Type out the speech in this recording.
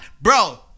Bro